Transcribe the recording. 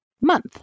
month